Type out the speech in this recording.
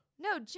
No